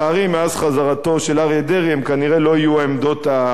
מאז חזרתו של אריה דרעי הן כנראה לא יהיו העמדות הדומיננטיות.